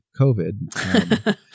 COVID